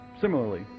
similarly